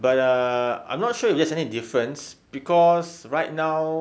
but ah I'm not sure if there's any difference cause right now